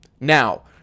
Now